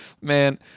Man